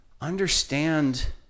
understand